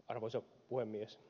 arvoisa puhemies